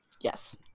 Yes